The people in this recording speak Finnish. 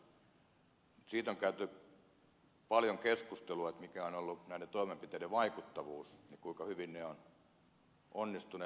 siitä on käyty paljon keskustelua mikä on ollut näiden toimenpiteiden vaikuttavuus ja kuinka hyvin ne ovat onnistuneet